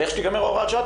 ואיך שתיגמר הוראת השעה,